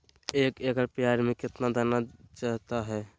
एक एकड़ प्याज में कितना दाना चाहता है?